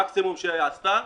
המקסימום שעשתה,